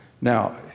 Now